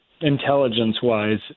intelligence-wise